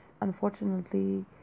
unfortunately